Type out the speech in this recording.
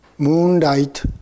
Moonlight